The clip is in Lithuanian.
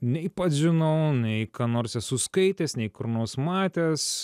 nei pats žinau nei ką nors esu skaitęs nei kur nors matęs